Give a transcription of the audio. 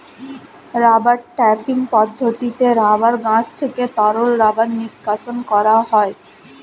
rubber tapping পদ্ধতিতে rubber গাছ থেকে তরল রাবার নিষ্কাশণ করা হয়